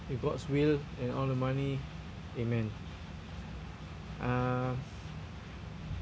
with god's will and all the money amen uh